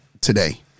today